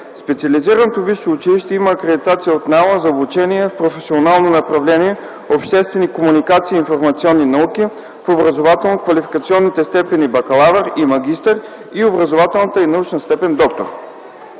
Специализираното висше училище има акредитация от НАОА за обучение в професионалното направление „Обществени комуникации и информационни науки” в образователно-квалификационните степени „бакалавър” и „магистър” и образователната и научна степен „доктор”.